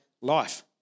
life